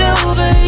over